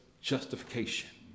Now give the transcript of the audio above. Justification